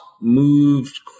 moved